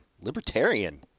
Libertarian